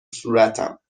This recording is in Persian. صورتم